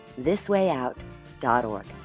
thiswayout.org